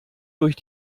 durch